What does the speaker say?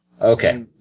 Okay